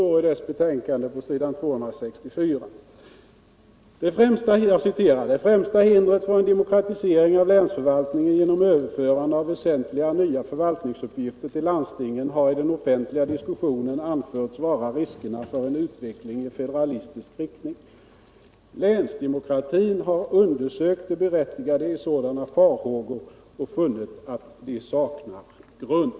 I dess betänkande på s. 264 står: ”Det främsta hindret för en demokratisering av länsförvaltningen genom överförande av väsentliga nya förvaltningsuppgifter till landstingen har i den offentliga diskussionen anförts vara riskerna för en utveckling i federalistisk riktning. Länsdemokratiutredningen har undersökt det berättigade i sådana farhågor och funnit att de saknar grund.”